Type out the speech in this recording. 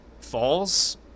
falls